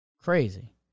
Crazy